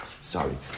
sorry